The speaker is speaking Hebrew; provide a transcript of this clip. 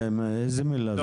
מה המילה הזאת?